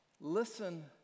listen